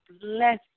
bless